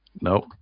Nope